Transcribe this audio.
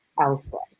elsewhere